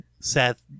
Seth